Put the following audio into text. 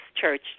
church